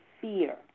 fear